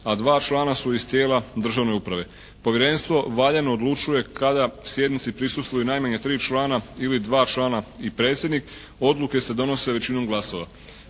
a dva člana su iz tijela državne uprave. Povjerenstvo valjano odlučuje kada sjednici prisustvuju najmanje tri člana ili dva člana i predsjednik, odluke se donose većinom glasova.